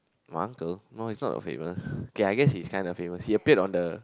my uncle no he is not famous okay I guess he is kind of famous he appeared on the